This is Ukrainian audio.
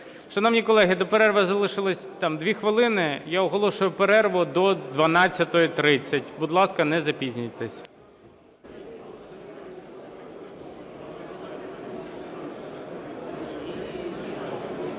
Шановні колеги, до перерви залишилось там 2 хвилини. Я оголошую перерву до 12:30. Будь ласка, не запізнюйтесь.